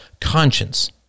conscience